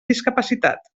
discapacitat